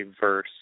verse